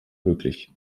möglich